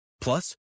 Plus